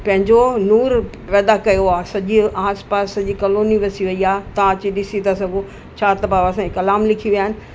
पंहिंजो नूर पैदा कयो आहे सॼे आसिपासि सॼी कलोनी वसी वेई आहे तव्हां अची ॾिसी था सघो छा त बाबा साईं कलाम लिखी विया आहिनि